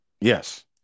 yes